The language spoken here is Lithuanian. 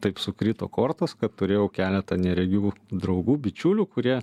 taip sukrito kortos kad turėjau keletą neregių draugų bičiulių kurie